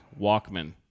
Walkman